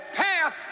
path